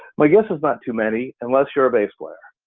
my guess is not too many unless you're bass player.